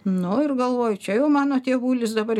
nu ir galvoju čia jau mano tėvulis dabar